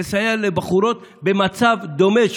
לסייע לבחורות במצב דומה,